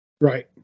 Right